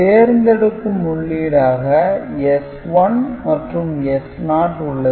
தேர்ந்தெடுக்கும் உள்ளீடாக S1 மற்றும் S0 உள்ளது